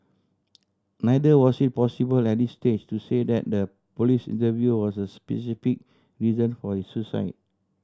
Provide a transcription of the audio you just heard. neither was it possible at this stage to say that the police interview was the specific reason for his suicide